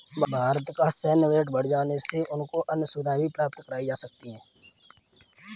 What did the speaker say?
भारत का सैन्य बजट बढ़ जाने से उनको अन्य सुविधाएं भी प्राप्त कराई जा सकती हैं